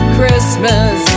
Christmas